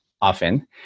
often